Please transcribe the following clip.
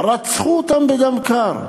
רצחו אותם בדם קר.